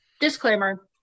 disclaimer